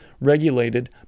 regulated